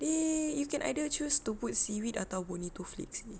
abeh you can either choose to put seaweed atau bonito flakes